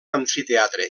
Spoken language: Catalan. amfiteatre